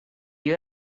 you